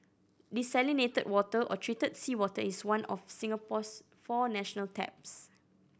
desalinated water or treated seawater is one of Singapore's four national taps